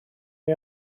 neu